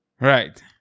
Right